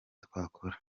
twakora